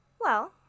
Well